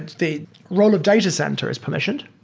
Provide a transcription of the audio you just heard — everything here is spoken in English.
the role of data center is permissioned,